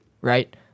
right